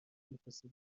میخواسته